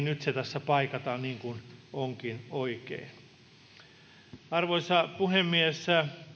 nyt se tässä paikataan niin kuin onkin oikein arvoisa puhemies